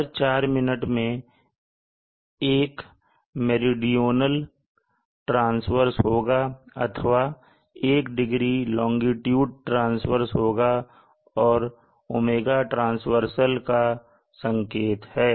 हर 4 minute में एक मेरी मेरीडोनल प्लेन ट्रांसवर्सहोगा अथवा 1º लोंगिट्यूड ट्रांसवर्स होगा और ω ट्रांसवर्सल का संकेत है